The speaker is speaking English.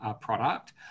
product